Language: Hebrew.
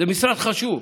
זה משרד חשוב,